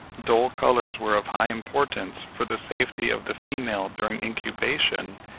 dull colours were of high importance for the safety of the female during incubation,